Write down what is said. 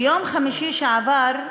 ביום חמישי שעבר,